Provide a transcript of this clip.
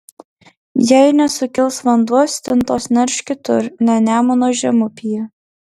jei nesukils vanduo stintos nerš kitur ne nemuno žemupyje